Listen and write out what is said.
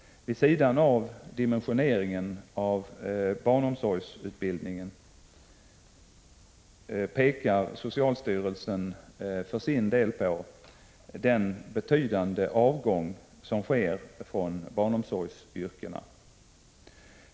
Vid sidan av dimensioneringen av barnomsorgsutbildningen pekar socialstyrelsen för sin del på den betydande avgång som sker från barnomsorgsyrkena.